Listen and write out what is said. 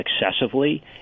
excessively